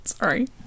sorry